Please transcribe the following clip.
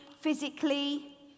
physically